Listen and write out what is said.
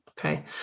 Okay